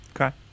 Okay